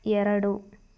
ಎರಡು